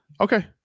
Okay